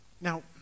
Now